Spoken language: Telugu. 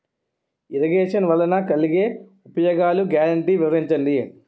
ఇరగేషన్ వలన కలిగే ఉపయోగాలు గ్యారంటీ వివరించండి?